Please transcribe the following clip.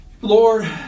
Lord